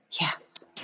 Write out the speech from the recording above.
Yes